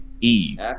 Eve